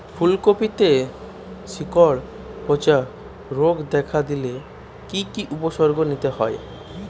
ফুলকপিতে শিকড় পচা রোগ দেখা দিলে কি কি উপসর্গ নিতে হয়?